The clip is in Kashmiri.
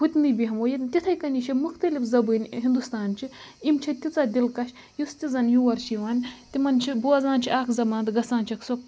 ہُتنٕے بیٚہمو تِتھٕے کٔنی چھِ مُختٔلِف زَبٲنۍ ہِندُستان چھِ یِم چھِ تیٖژاہ دِلکَش یُس تہِ زَن یور چھِ یِوان تِمَن چھِ بوزان چھِ اَکھ زَبان تہٕ گَژھان چھِکھ سۄ